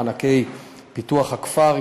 מענקי פיתוח הכפר,